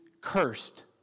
cursed